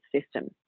system